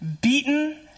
beaten